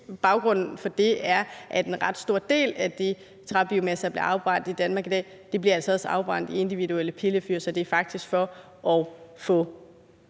Baggrunden for det er, at en ret stor del af den træbiomasse, der bliver afbrændt i Danmark i dag, altså også bliver afbrændt i individuelle pillefyr, så det er faktisk for at få